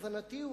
להבנתי,